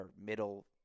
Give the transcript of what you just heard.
middle